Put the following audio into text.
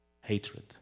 hatred